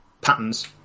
patterns